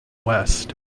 west